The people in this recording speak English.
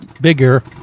bigger